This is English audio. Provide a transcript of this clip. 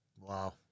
Wow